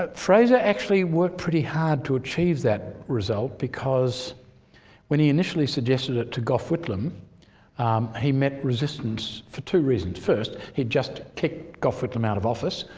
ah fraser actually worked pretty hard to achieve that result because when he initially suggested it to gough whitlam he met resistance for two reasons. first, he'd just kicked gough whitlam out of office.